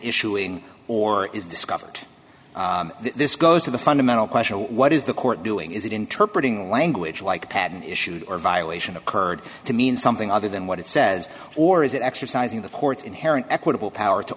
issuing or is discovered this goes to the fundamental question what is the court doing is it interpret ing language like patent issues or violation occurred to mean something other than what it says or is it exercising the court's inherent equitable power to